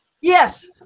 Yes